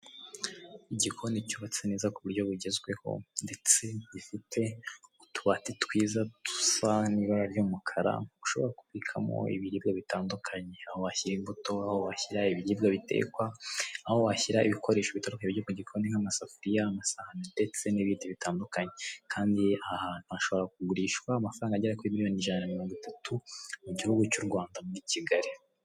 Igikoni cyubatse neza ku buryo bugezweho, ndetse gifite utubati twiza dusa n'ibara ry'umukara, ushobora kubikamo ibiribwa bitandukanye. Aho washyira imbuto, aho washyira ibiribwa bitekwa, aho washyira ibikoresho bituruka byo ku gikoni nk'amasafuriya, amasahani ndetse n'ibindi bitandukanye kandi aha ahantu hashobora kugurishwa amafaranga agera kuri miliyoni ijana mirongo itatu mu gihugu cy'u Rwanda muri Kigali.